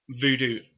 voodoo